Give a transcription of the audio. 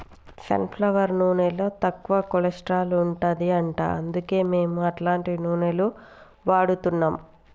sun flower నూనెలో తక్కువ cholesterol ఉంటది అంట అందుకే మేము అట్లాంటి నూనెలు వాడుతున్నాం